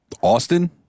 Austin